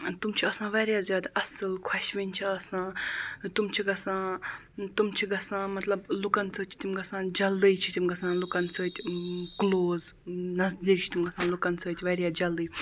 تِم چھِ آسان واریاہ زیادٕ اَصٕل خۄشوٕنۍ چھِ آسان تِم چھِ گژھان تِم چھ گژھان مطلب لُکَن سۭتۍ چھِ تِم گَژھان جلدی چھِ تِم گژھان لُکَن سٟتۍ کلوز نزدیٖک چھِ تِم گژھان لُکَن سۭتۍ واریاہ جلدی